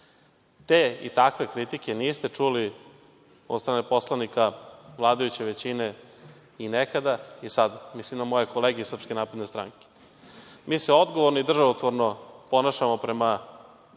Te, i takve kritike niste čuli od strane poslanika vladajuće većine, i nekada i sada, mislim na moje kolege iz SNS-a. Mi se odgovorno i državotvorno ponašamo prema